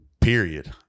Period